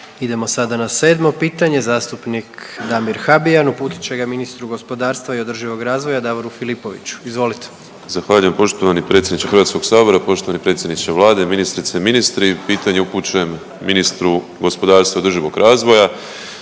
Idemo sada na 7 pitanje zastupnik Damir Habijan uputit će ga ministru gospodarstva i održivog razvoja Davoru Filipoviću. Izvolite. **Habijan, Damir (HDZ)** Zahvaljujem poštovani predsjedniče Hrvatskog sabora, poštovani predsjedniče Vlade, ministrice, ministri. Pitanje upućujem ministru gospodarstva i održivog razvoja